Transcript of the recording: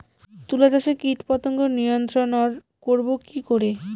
তুলা চাষে কীটপতঙ্গ নিয়ন্ত্রণর করব কি করে?